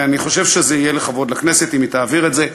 ואני חושב שזה יהיה לכבוד לכנסת אם היא תעביר את זה.